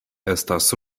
estas